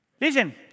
Listen